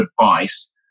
advice